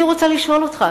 אני רוצה לשאול אותך,